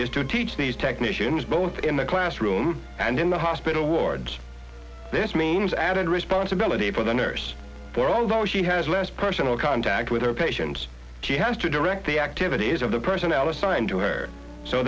is to teach these technicians both in the classroom and in the hospital wards this means added responsibility for the nurse there although she has less personal contact with her patients she has to direct the activities of the personnel assigned to her so